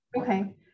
okay